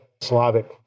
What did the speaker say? Slavic